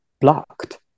blocked